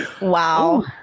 Wow